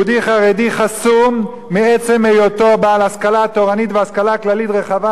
יהודי חרדי חסום מעצם היותו בעל השכלה תורנית והשכלה כללית רחבה,